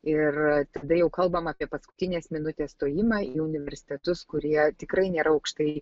ir tada jau kalbama apie paskutinės minutės stojimą į universitetus kurie tikrai nėra aukštai